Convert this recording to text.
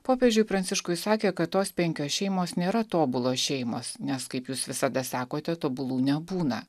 popiežiui pranciškui sakė kad tos penkios šeimos nėra tobulos šeimos nes kaip jūs visada sakote tobulų nebūna